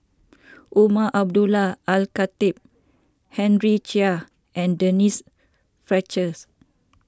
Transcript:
Umar Abdullah Al Khatib Henry Chia and Denise Fletchers